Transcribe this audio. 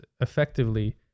effectively